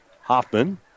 Hoffman